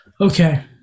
Okay